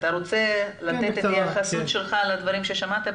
אתה רוצה לתת התייחסות שלך לדברים ששמעת?